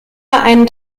einen